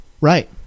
right